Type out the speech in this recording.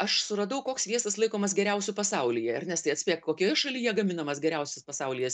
aš suradau koks sviestas laikomas geriausiu pasaulyje ernestai atspėk kokioje šalyje gaminamas geriausias pasaulyje